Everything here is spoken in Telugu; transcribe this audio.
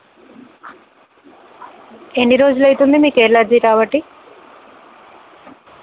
ఎన్ని రోజులు అవుతోంది మీకు ఎలర్జీ కాబట్టి